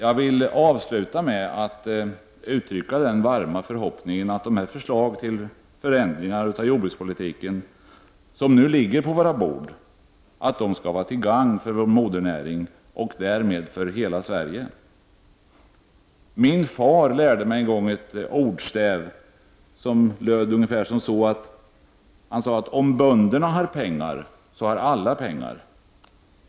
Jag vill avsluta med att uttrycka den varma förhoppningen att de förslag till förändringar av jordbrukspolitiken som nu ligger på våra bord skall vara till gagn för vår modernäring och därmed för hela Sverige. Min far lärde mig en gång ett ordstäv. Han sade att om bönderna har pengar så har alla pengar.